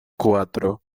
cuatro